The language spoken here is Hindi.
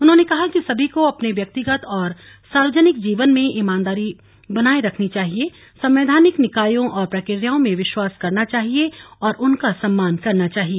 उन्होंने कहा कि सभी को अपने व्यक्तिगत और सार्वजनिक जीवन में ईमानदारी बनाए रखनी चाहिए संवैधानिक निकायों और प्रक्रियाओं में विश्वास करना चाहिए और उनका सम्मान करना चाहिए